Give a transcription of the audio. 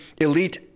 elite